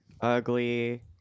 ugly